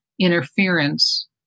interference